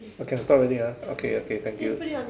oh can stop already ah okay okay thank you